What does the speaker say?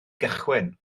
gychwyn